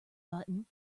button